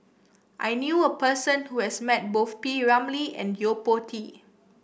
I knew a person who has met both P Ramlee and Yo Po Tee